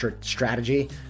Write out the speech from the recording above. strategy